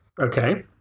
Okay